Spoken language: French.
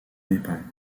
népal